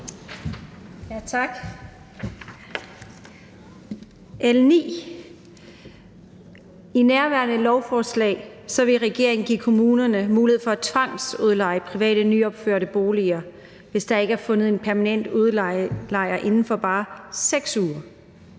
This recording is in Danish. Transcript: Tak. I L 9, nærværende lovforslag, vil regeringen give kommunerne mulighed for at tvangsudleje private nyopførte boliger, hvis der ikke er fundet en permanent lejer inden for bare 6 uger.